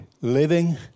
living